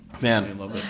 Man